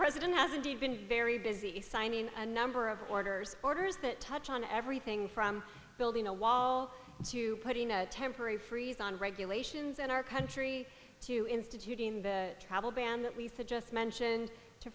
president has indeed been very busy signing a number of orders orders that touch on everything from building a wall to putting a temporary freeze on regulations in our country to instituting the travel ban we just mentioned to